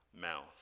mouth